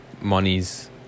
monies